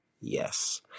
Yes